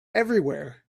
everywhere